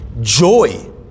joy